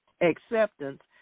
acceptance